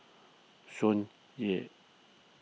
Tsung Yeh